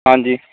ਹਾਂਜੀ